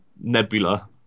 nebula